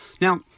now